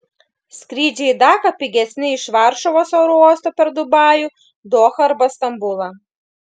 skrydžiai į daką pigesni iš varšuvos oro uosto per dubajų dohą arba stambulą